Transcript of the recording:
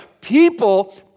People